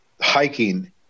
hiking